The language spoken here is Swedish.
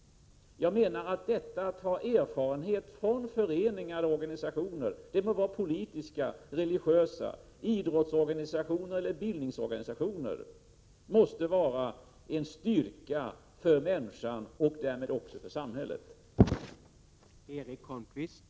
Att ha erfarenhet från föreningar och organisationer — politiska, religiösa, idrottsorganisationer eller bildningsorganisationer — måste vara en styrka för människan och därmed också för samhället.